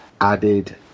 added